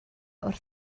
wrth